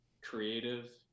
creative